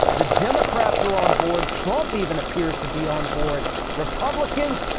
the democrats are onboard. trump even appears to be on board republicans.